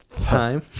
time